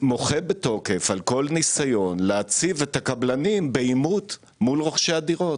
מוחה בתוקף על כל ניסיון להציב את הקבלנים בעימות מול רוכשי הדירות.